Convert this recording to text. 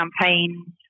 campaigns